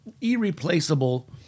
Irreplaceable